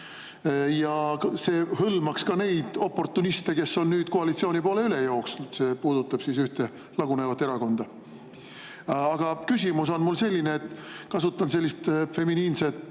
ja see hõlmaks ka neid oportuniste, kes on nüüd koalitsiooni poole üle jooksnud, see puudutab ühte lagunevat erakonda. Aga küsimus on mul selline. Kasutan sellist feminiinse